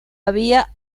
había